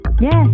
Yes